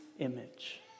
image